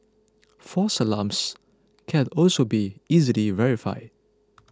false alarms can also be easily verified